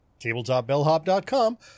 tabletopbellhop.com